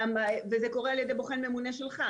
וזה קורה על ידי בוחן ממונה שלך,